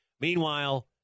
Meanwhile